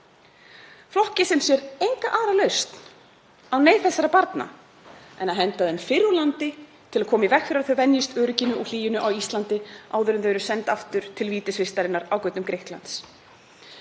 Flokki sem sér enga aðra lausn á neyð þessara barna en að henda þeim fyrr úr landi til að koma í veg fyrir að þau venjist örygginu og hlýjunni á Íslandi áður en þau eru send aftur til vítisvistarinnar á götum Grikklands.